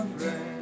rain